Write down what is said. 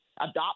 adopt